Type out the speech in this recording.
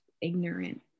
ignorant